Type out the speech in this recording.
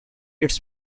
its